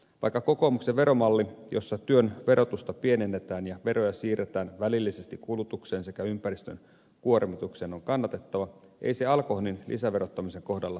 vaikka kokoomuksen veromalli jossa työn verotusta pienennetään ja veroja siirretään välillisesti kulutukseen sekä ympäristön kuormitukseen on kannatettava ei se alkoholin lisäverottamisen kohdalla toimi